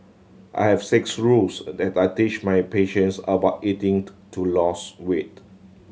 I have six rules that I teach my patients about eating to lose weight